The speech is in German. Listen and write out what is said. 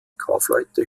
kaufleute